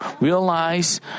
realize